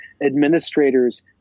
administrators